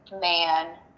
man